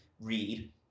read